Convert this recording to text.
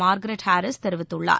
Margaret Harris தெரிவித்துள்ளார்